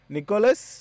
Nicholas